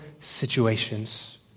situations